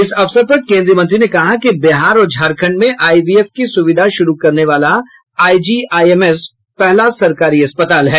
इस अवसर पर केन्द्रीय मंत्री ने कहा कि बिहार और झारखंड में आईवीएफ की सुविधा शुरू करने वाला आईजीआईएमएस पहला सरकारी अस्पताल है